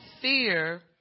fear